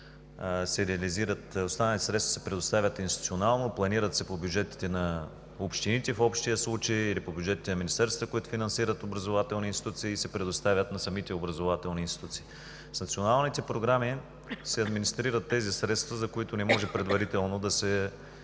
Останалите средства се предоставят институционално, в общия случай се планират по бюджетите на общините или по бюджетите на министерствата, които финансират образователни институции, и се предоставят на самите образователни институции. С националните програми се администрират тези средства, за които не може предварително да се